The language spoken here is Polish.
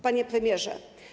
Panie Premierze!